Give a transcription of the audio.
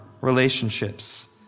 relationships